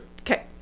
Okay